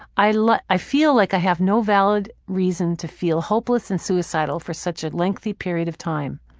i like i feel like i have no valid reason to feel hopeless and suicidal for such a lengthy period of time.